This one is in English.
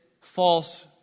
false